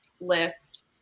list